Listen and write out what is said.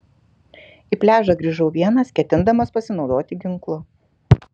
į pliažą grįžau vienas ketindamas pasinaudoti ginklu